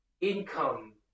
income